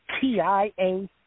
TIA